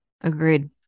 Agreed